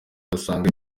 ugasanga